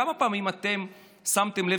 כמה פעמים אתם שמתם לב,